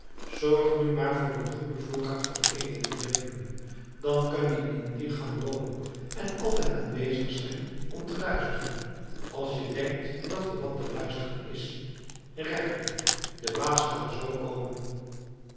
zorg nu maar voor een goeden voorraad van eten en drinken dan kan je in die gang wonen en altijd aanwezig zijn om te luisteren als je denkt dat er wat te luisteren is rep je de baas kan z komen